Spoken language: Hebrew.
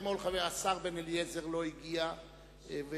השר בן-אליעזר לא הגיע אתמול,